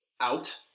out